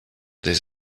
des